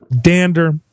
Dander